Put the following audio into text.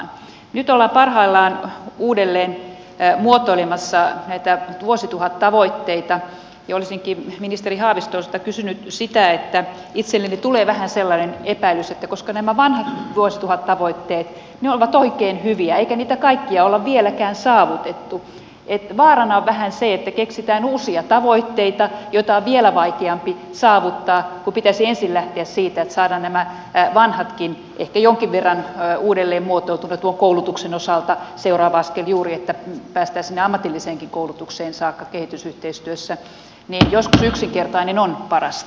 nyt ollaan parhaillaan uudelleen muotoilemassa näitä vuosituhattavoitteita ja olisinkin ministeri haavistolta kysynyt siitä että itselleni tulee vähän sellainen epäilys että koska nämä vanhat vuosituhattavoitteet ovat oikein hyviä eikä niitä kaikkia ole vieläkään saavutettu vaarana on vähän se että keksitään uusia tavoitteita joita on vielä vaikeampi saavuttaa kun pitäisi ensin lähteä siitä että saavutetaan nämä vanhatkin ehkä jonkin verran uudelleen muotoutuneet kuten tuon koulutuksen osalta seuraava askel juuri että päästään sinne ammatilliseenkin koulutukseen saakka kehitysyhteistyössä niin joskus yksinkertainen on parasta